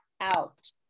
out